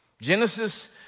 Genesis